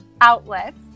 outlets